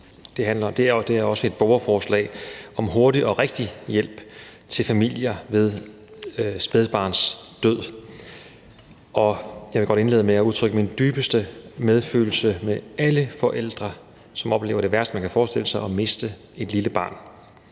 det er et borgerforslag om hurtig og rigtig hjælp til familier ved spædbarnsdød. Jeg vil godt indlede med at udtrykke min dybeste medfølelse med alle forældre, som oplever det værste, man kan forestille sig, nemlig at miste et lille barn.